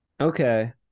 Okay